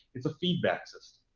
it's a feedback system.